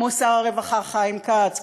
כמו שר הרווחה חיים כץ,